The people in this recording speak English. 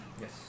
yes